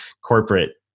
corporate